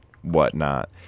whatnot